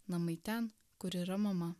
namai ten kur yra mama